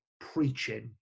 preaching